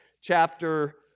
chapter